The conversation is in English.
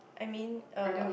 I mean uh